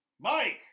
Mike